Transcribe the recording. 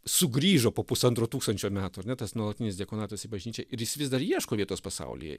sugrįžo po pusantro tūkstančio metų ar ne tas nuolatinis diakonatas į bažnyčią ir jis vis dar ieško vietos pasaulyje